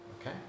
Okay